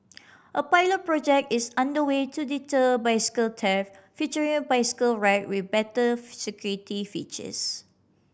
a pilot project is under way to deter bicycle theft featuring a bicycle rack with better security features